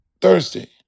Thursday